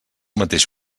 mateix